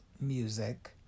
music